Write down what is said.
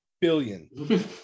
billion